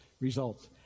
results